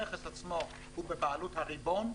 הנכס עצמו הוא בבעלות הריבון,